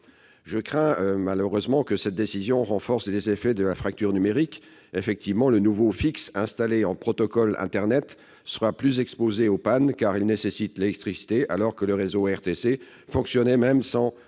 Je crains que cette décision ne renforce malheureusement les effets de la fracture numérique. Effectivement, le nouveau fixe installé en protocole internet sera plus exposé aux pannes, car il nécessite l'électricité, alors que le réseau RTC fonctionnait même sans